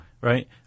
Right